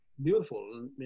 Beautiful